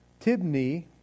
Tibni